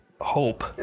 hope